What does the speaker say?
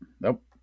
Nope